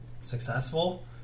successful